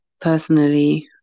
personally